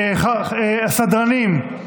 סדרנים,